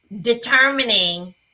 determining